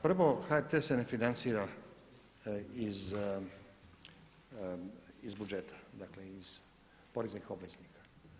Prvo HRT se ne financira iz budžeta, dakle iz poreznih obveznika.